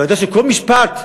ואני יודע שכל משפט,